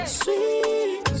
sweet